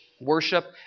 worship